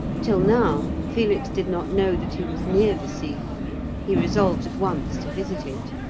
till now, felix did not know that he was near the sea he resolved at once to visit it.